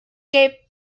que